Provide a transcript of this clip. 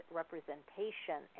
representation